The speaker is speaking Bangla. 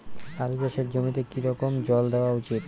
আলু চাষের জমিতে কি রকম জল দেওয়া উচিৎ?